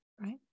Right